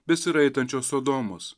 besiraitančios sodomos